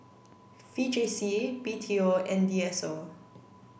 V J C B T O and D S O